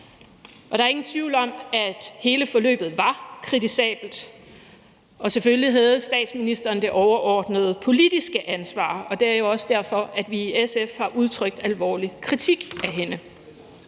Der er ingen tvivl om, at hele forløbet var kritisabelt, og selvfølgelig havde statsministeren det overordnede politiske ansvar. Det er jo også derfor, vi i SF har udtrykt alvorlig kritik af hende.